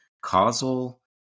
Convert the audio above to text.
causal